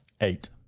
Eight